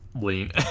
lean